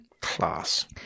class